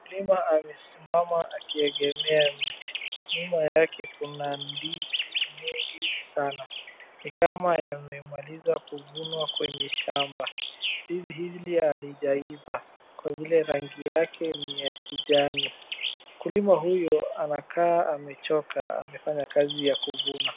Mkulima amesimama akiegemea miti. Nyuma yake kuna ndizi mengi sana. Ni kama yamemaliza kuvunwa kwenye shamba. Ndizi hizi hazijaiva kwa vile rangi yake ni ya kijani. Mkulima huyo anakaa amechoka, amefanya kazi ya kuvuna.